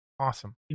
Awesome